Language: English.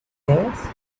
things